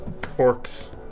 Orcs